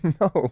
No